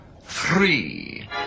three